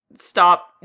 stop